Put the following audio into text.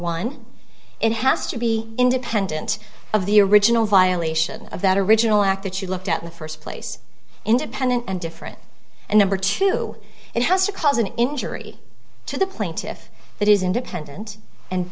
one it has to be independent of the original violation of that original act that you looked at in the first place independent and different and number two it has to cause an injury to the plaintiff